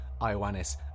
Ioannis